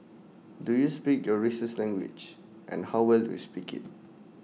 do you speak your race's language and how well do you speak IT